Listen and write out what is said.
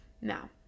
Now